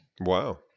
Wow